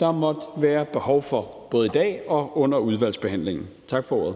der måtte være behov for at få svar på, både i dag og under udvalgsbehandlingen. Tak for ordet.